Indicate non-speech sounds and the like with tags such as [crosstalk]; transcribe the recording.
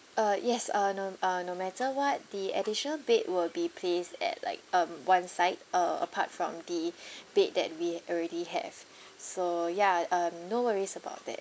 uh yes uh no uh no matter what the additional bed will be placed at like um one side uh apart from the [breath] bed that we already have so ya um no worries about that